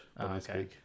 okay